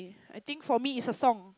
I think for me it's a song